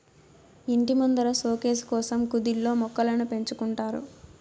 ఇంటి ముందర సోకేసు కోసం కుదిల్లో మొక్కలను పెంచుకుంటారు